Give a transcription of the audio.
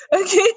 Okay